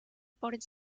por